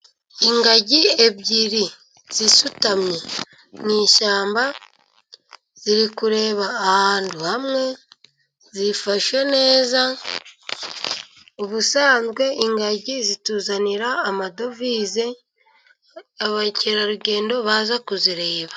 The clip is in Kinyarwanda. Ingagi ebyiri zisutamye mu ishyamba, ziri kureba ahantu hamwe, zifashe neza. Ubusanzwe ingagi zituzanira amadovize, abakerarugendo baza kuzireba.